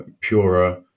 purer